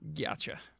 gotcha